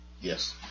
Yes